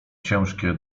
ciężkie